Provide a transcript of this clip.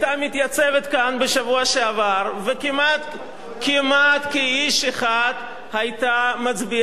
וכמעט כאיש אחד היתה מצביעה בעד אותה תוכנית המיסוי,